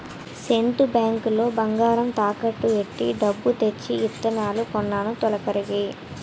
state Bank లో బంగారం తాకట్టు ఎట్టి డబ్బు తెచ్చి ఇత్తనాలు కొన్నాను తొలకరికి